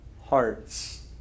hearts